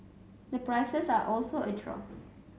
the prices are also a draw